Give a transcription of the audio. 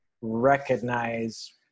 recognize